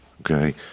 okay